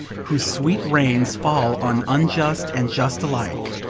whose sweet rains fall on unjust and just alike,